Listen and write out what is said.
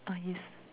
ah yes